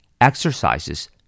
Exercises